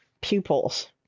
pupils